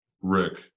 Rick